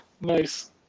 Nice